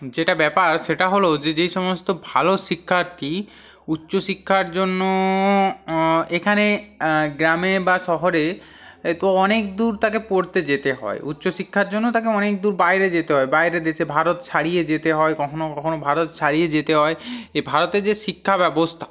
যেটা ব্যাপার সেটা হলো যে যেই সমস্ত ভালো শিক্ষার্থী উচ্চশিক্ষার জন্য এখানে গ্রামে বা শহরে এ তো অনেক দূর তাকে পড়তে যেতে হয় উচ্চশিক্ষার জন্য তাকে অনেক দূর বাইরে যেতে হয় বাইরে দেশে ভারত ছাড়িয়ে যেতে হয় কখনো কখনো ভারত ছাড়িয়ে যেতে হয় এ ভারতে যে শিক্ষা ব্যবস্থা